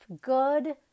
Good